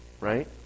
Right